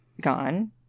gone